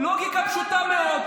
לוגיקה פשוטה מאוד.